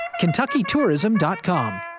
KentuckyTourism.com